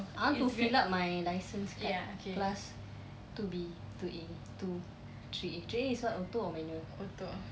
I want to fill up my license card class two B two A two three A three A is what auto or manual